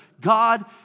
God